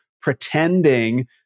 pretending